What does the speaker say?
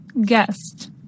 guest